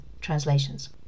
translations